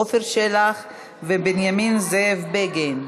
עפר שלח ובנימין זאב בגין.